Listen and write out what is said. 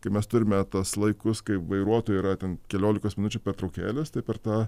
kai mes turime tuos laikus kai vairuotojai yra ten keliolikos minučių pertraukėles tai per tą